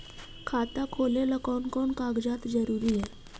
खाता खोलें ला कोन कोन कागजात जरूरी है?